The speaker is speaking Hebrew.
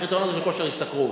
של כושר ההשתכרות.